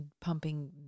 pumping